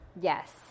Yes